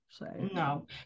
no